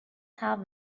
have